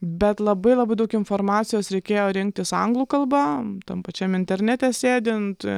bet labai labai daug informacijos reikėjo rinktis anglų kalba tam pačiam internete sėdint